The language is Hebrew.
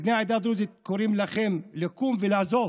בני העדה הדרוזית קוראים לכם לקום ולעזוב.